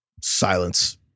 Silence